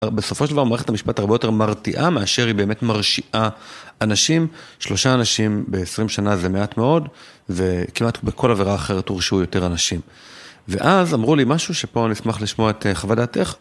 בסופו של דבר מערכת המשפט הרבה יותר מרתיעה מאשר היא באמת מרשיעה אנשים. שלושה אנשים ב-20 שנה זה מעט מאוד, וכמעט בכל עבירה אחרת הורשעו יותר אנשים. ואז אמרו לי משהו, שפה אני אשמח לשמוע את חוות דעתך.